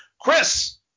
Chris